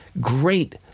great